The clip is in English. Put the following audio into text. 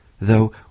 though